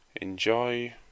Enjoy